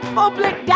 public